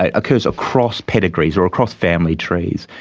occurs across pedigrees or across family trees.